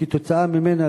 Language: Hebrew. כתוצאה ממנה,